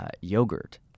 yogurt